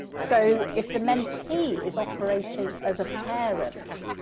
so if the mentee is operating as a parent?